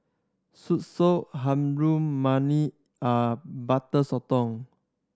soursop harum mani are Butter Sotong